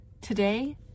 today